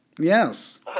Yes